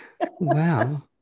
Wow